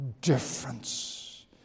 difference